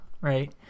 right